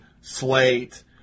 Slate